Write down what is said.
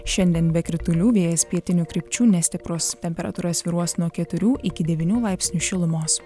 šiandien be kritulių vėjas pietinių krypčių nestiprus temperatūra svyruos nuo keturių iki devynių laipsnių šilumos